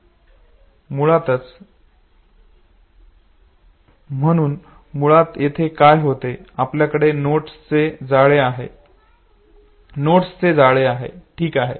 म्हणूनच मुळात येथे काय होते आपल्याकडे नोड्स चे जाळे आहे ठीक आहे